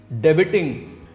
debiting